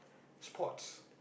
sports